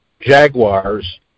jaguars